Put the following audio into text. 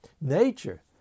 nature